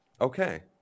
Okay